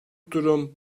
durum